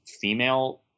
female